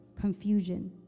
confusion